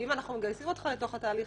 ואם אנחנו מגייסים אותך לתוך התהליך,